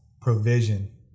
provision